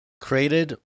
created